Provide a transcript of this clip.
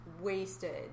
wasted